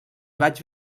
vaig